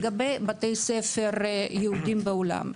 לגבי בתי ספר יהודים בעולם,